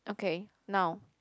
okay now